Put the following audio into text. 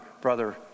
brother